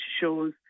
shows